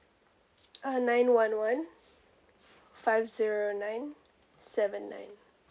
uh nine one one five zero nine seven nine